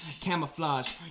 camouflage